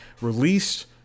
released